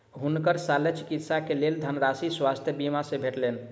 हुनकर शल्य चिकित्सा के लेल धनराशि स्वास्थ्य बीमा से भेटलैन